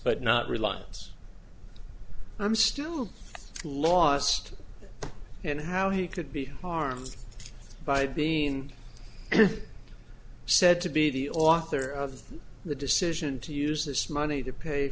reliance i'm still lost and how he could be harmed by being said to be the author of the decision to use this money to pay